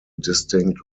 distinct